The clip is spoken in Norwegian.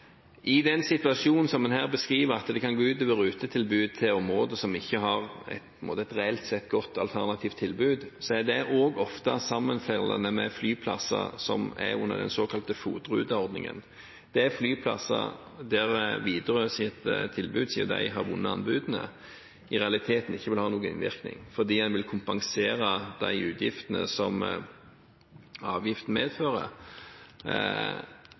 kan gå ut over rutetilbud til områder som reelt sett ikke har et godt alternativt tilbud, er det også ofte sammenfallende med flyplasser som er under den såkalte FOT-ruteordningen. Det er flyplasser der Widerøes tilbud, siden de har vunnet anbudene, i realiteten ikke vil bli påvirket, fordi en vil kompensere de utgiftene som avgiften medfører,